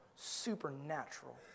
supernatural